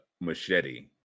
machete